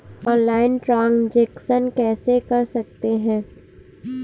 Online transaction कैसे करते हैं?